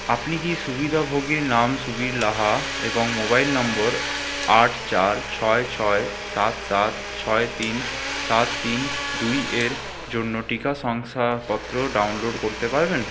আপনি কি সুবিধাভোগীর নাম সুবীর লাহা এবং মোবাইল নম্বর আট চার ছয় ছয় সাত সাত ছয় তিন সাত তিন দুইয়ের জন্য টিকা শংসাপত্র ডাউনলোড করতে পারেন